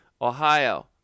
Ohio